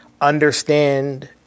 understand